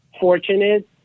fortunate